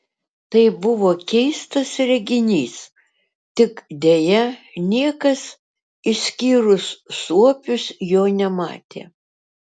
tai buvo keistas reginys tik deja niekas išskyrus suopius jo nematė